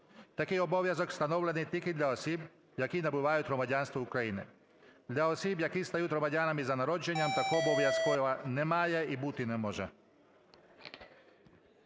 Такий обов'язок встановлений тільки для осіб, які набувають громадянство України, для осіб, які стають громадянами за народженням такого обов'язку немає і бути не може.